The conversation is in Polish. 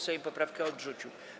Sejm poprawkę odrzucił.